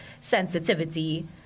sensitivity